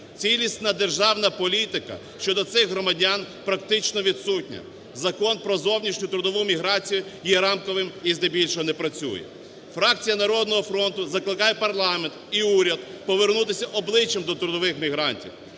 Цілісна державна політика щодо цих громадян практично відсутня. Закон про зовнішню трудову міграцію є рамковим і здебільшого не працює. Фракція "Народного фронту" закликає парламент і уряд повернутися обличчям до трудових мігрантів.